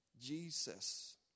Jesus